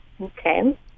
Okay